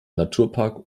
naturpark